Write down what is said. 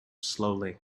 slowly